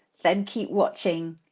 then keep watching.